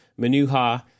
Manuha